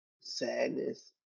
sadness